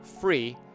free